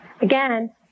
Again